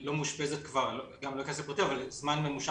לא מאושפזת זמן ממושך.